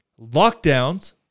Lockdowns